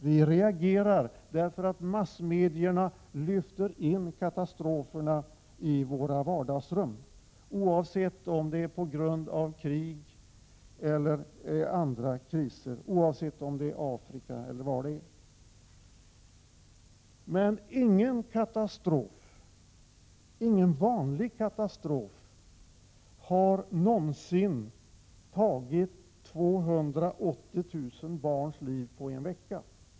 Vi reagerar därför att massmedierna lyfter in katastroferna i våra vardagsrum, oavsett om de är en följd av krig eller andra katastrofer, oavsett om det gäller Afrika eller någon annan del av världen. Men ingen vanlig katastrof, ingen hungersnöd, ingen översvämning har någonsin skördat 280 000 barns liv på en vecka.